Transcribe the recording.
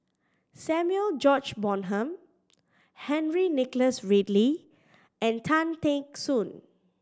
Samuel George Bonham Henry Nicholas Ridley and Tan Teck Soon